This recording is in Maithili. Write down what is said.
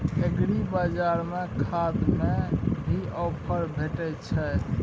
एग्रीबाजार में खाद में भी ऑफर भेटय छैय?